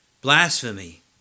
blasphemy